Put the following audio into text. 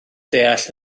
deall